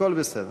הכול בסדר.